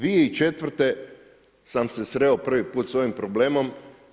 2004. sam se sreo prvi put sa ovim problemom.